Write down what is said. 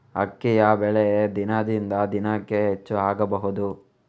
ಅಕ್ಕಿಯ ಬೆಲೆ ದಿನದಿಂದ ದಿನಕೆ ಹೆಚ್ಚು ಆಗಬಹುದು?